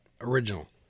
original